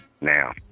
Now